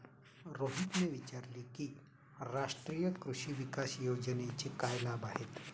रोहितने विचारले की राष्ट्रीय कृषी विकास योजनेचे काय लाभ आहेत?